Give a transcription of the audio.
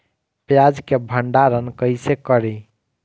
प्याज के भंडारन कईसे करी?